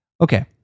Okay